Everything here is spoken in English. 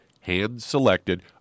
hand-selected